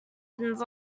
buttons